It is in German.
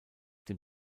dem